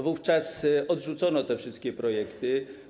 Wówczas odrzucono te wszystkie projekty.